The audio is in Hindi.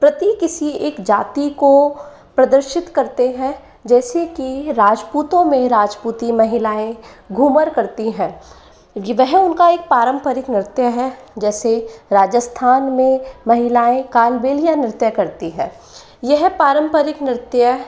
प्रति किसी एक जाति को प्रदर्शित करते है जैसे की राजपूतों में राजपूती महिलाएं घूमर करती हैं वह उनका एक पारंपरिक नृत्य है जैसे राजस्थान में महिलाएं कालबेलिया नृत्य करती है यह पारंपरिक नृत्य